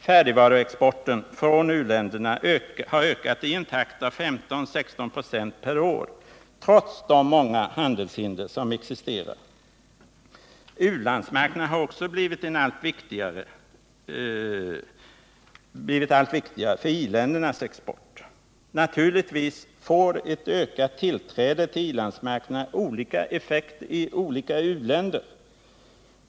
Färdigvaruexporten från u-länderna har ökat i en takt av 15-16 96 per år — trots de många handelshinder som existerar i dag. U-landsmarknaderna har också blivit allt viktigare för i-ländernas export. Naturligtvis får ett ökat tillträde till i-landsmarknaderna olika effekt i olika u-länder.